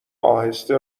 اهسته